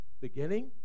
beginning